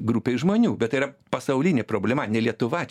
grupei žmonių bet tai yra pasaulinė problema ne lietuva čia